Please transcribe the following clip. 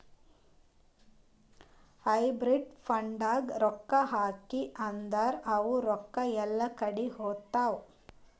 hybrid ಫಂಡ್ನಾಗ್ ರೊಕ್ಕಾ ಹಾಕಿ ಅಂದುರ್ ಅವು ರೊಕ್ಕಾ ಎಲ್ಲಾ ಕಡಿ ಹೋತ್ತಾವ್